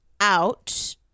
out